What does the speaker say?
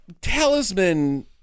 talisman